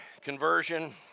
conversion